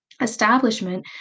establishment